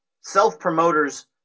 Self-promoters